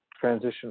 transition